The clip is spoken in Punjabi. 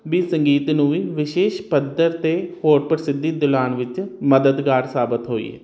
ਵੀ ਸੰਗੀਤ ਨੂੰ ਵੀ ਵਿਸ਼ੇਸ਼ ਪੱਧਰ ਤੇ ਹੋਰ ਪ੍ਰਸਿੱਧੀ ਦੁਲਾਨ ਵਿੱਚ ਮਦਦਗਾਰ ਸਾਬਤ ਹੋਈ